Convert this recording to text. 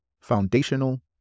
Foundational